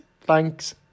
thanks